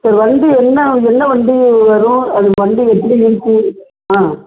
சரி வண்டி என்ன என்ன வண்டி வரும் அது வண்டி எப்படி இருக்குது ஆ